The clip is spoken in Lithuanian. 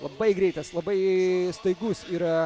labai greitas labai staigus yra